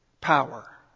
power